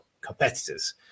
competitors